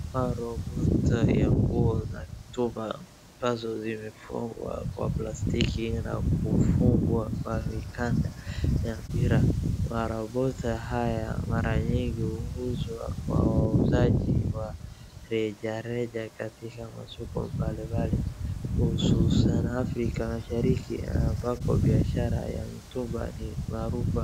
Maroboto ya nguo za mitumba ambazo zimefungwa kwa plastiki na kufungwa kwa mikanda ya mpira, maroboto haya mara nyingi huuzwa kwa wauzaji wa rejareja katika masoko mbalimbali, hususan Afrika mashariki ambapo biashara ya mitumba ni maarufu.